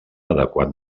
adequat